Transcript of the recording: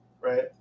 right